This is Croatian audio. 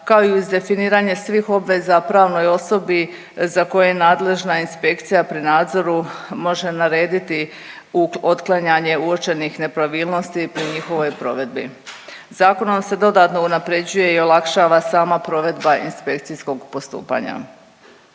kao i uz definiranje svih obveza pravnoj osobi za koje je nadležna inspekcija pri nadzoru može narediti otklanjanje uočenih nepravilnosti pri njihovoj provedbi. Zakonom se dodatno unaprjeđuje i olakšava sama provedba inspekcijskog postupanja.